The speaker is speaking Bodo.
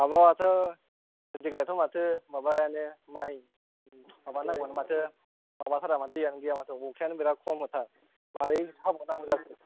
माबायाथ' देग्लाइथ' माथो माइ माबानांगौ आ माथो दैआनो गैया माथो अखायानो बिरात खम थार मारै खालामबावनांगौ जाखो